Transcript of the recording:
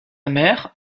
mère